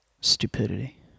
Stupidity